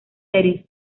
single